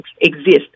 exist